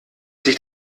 sich